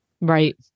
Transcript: Right